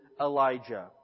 Elijah